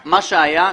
מה שהיה,